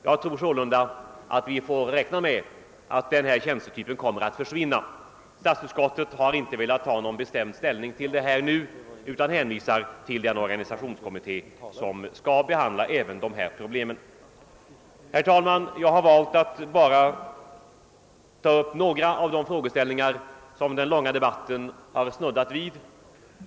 Jag tror sålunda att vi får räkna med att denna tjänstetyp kommer att försvinna. Statsutskottet har inte velat ta någon bestämd ställning i detta avseende utan hänvisar till den organisationskommitté som skall behandla även dessa problem. Herr talman! Jag har valt att bara ta upp några av de frågeställningar som den långa debatten har snuddat vid.